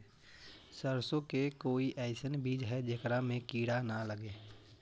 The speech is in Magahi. सरसों के कोई एइसन बिज है जेकरा में किड़ा न लगे?